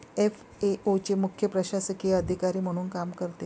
FAO चे मुख्य प्रशासकीय अधिकारी म्हणून काम करते